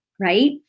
right